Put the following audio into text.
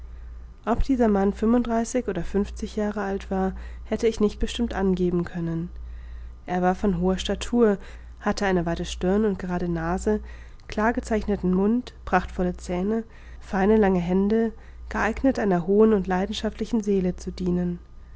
ob dieser mann fünfunddreißig oder fünfzig jahre alt war hätte ich nicht bestimmt angeben können er war von hoher statur hatte eine weite stirn und gerade nase klar gezeichneten mund prachtvolle zähne seine lange hände geeignet einer hohen und leidenschaftlichen seele zu dienen